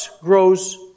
grows